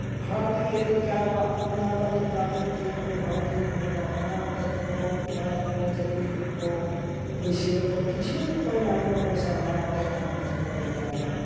ᱵᱷᱟᱲᱟᱴᱤᱭᱟᱹ ᱞᱮᱠᱟ ᱚᱲᱟᱜ ᱠᱚ ᱵᱮᱱᱟᱣ ᱮᱫᱟ ᱢᱤᱫᱼᱵᱟᱨ ᱨᱩᱢ ᱠᱮᱣ ᱠᱮᱣ ᱵᱷᱟᱲᱟᱴᱤᱭᱟᱹ ᱠᱚ ᱮᱢᱟ ᱠᱚ ᱠᱟᱱᱟ ᱚᱱᱟᱛᱮᱫ ᱢᱤᱫᱼᱵᱟᱨ ᱠᱚ ᱪᱟᱹᱠᱨᱤ ᱞᱟᱹᱜᱤᱫ ᱠᱚ ᱵᱟᱹᱭᱥᱟᱹᱣᱮᱫ ᱠᱚᱣᱟ ᱠᱤᱪᱷᱩ ᱠᱚ ᱧᱟᱢ ᱮᱫᱟ ᱯᱚᱭᱥᱟ ᱚᱱᱟᱣᱟᱛᱮ ᱦᱚᱸ ᱠᱤᱪᱷᱩ ᱠᱚ ᱨᱚᱡᱽᱜᱟᱨ ᱡᱚᱝᱟᱜ ᱠᱟᱱᱟ